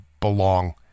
belong